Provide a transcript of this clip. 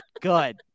Good